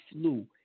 flu